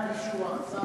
מי שהוא אכזר הוא אכזר.